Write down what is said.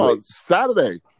Saturday